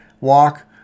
walk